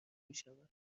میشود